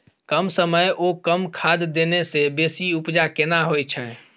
कम समय ओ कम खाद देने से बेसी उपजा केना होय छै?